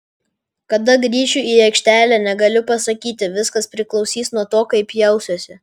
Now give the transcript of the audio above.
kada grįšiu į aikštelę negaliu pasakyti viskas priklausys nuo to kaip jausiuosi